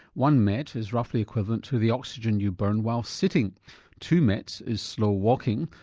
one met is roughly equivalent to the oxygen you burn while sitting two mets is slow walking,